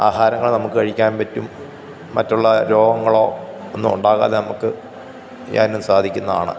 ആഹാരങ്ങള് നമുക്ക് കഴിക്കാന് പറ്റും മറ്റുള്ള രോഗങ്ങളോ ഒന്നും ഉണ്ടാകാതെ നമുക്ക് സാധിക്കുന്നതാണ്